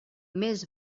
més